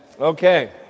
Okay